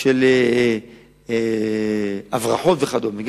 של הברחות וכדומה.